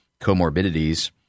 comorbidities